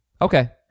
Okay